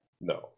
No